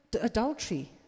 adultery